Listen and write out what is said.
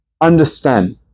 understand